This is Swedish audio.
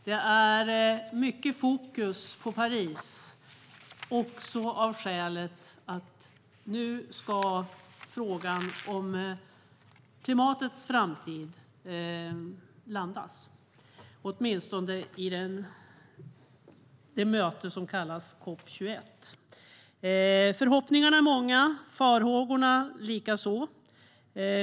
Det är mycket fokus på Paris, också av skälet att nu ska frågan om klimatets framtid landas, åtminstone i det möte som kallas COP 21. Förhoppningarna är många, farhågorna likaså.